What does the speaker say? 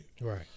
Right